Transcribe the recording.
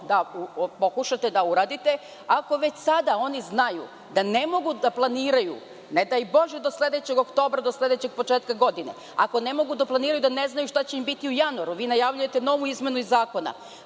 da pokušate da uradite, ako već sada oni znaju da ne mogu da planiraju, ne daj bože, do sledećeg oktobra, do sledećeg početka godine. Ako ne mogu da planiraju da ne znaju šta će im biti u januaru, vi najavljujete novu izmenu zakona.